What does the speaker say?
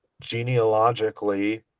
genealogically